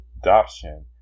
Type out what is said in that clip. adoption